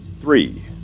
three